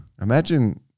Imagine